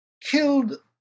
killed